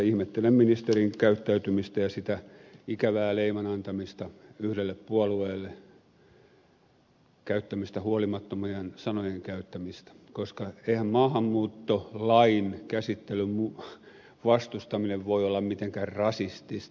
ihmettelen ministerin käyttäytymistä ja sitä ikävää leiman antamista yhdelle puolueelle huolimattomien sanojen käyttämistä koska eihän maahanmuuttolain käsittelyn vastustaminen voi olla mitenkään rasistista